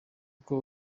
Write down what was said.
uko